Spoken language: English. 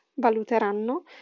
valuteranno